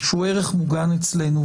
שהוא ערך מוגן אצלנו,